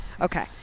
Okay